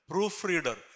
Proofreader